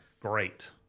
Great